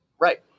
Right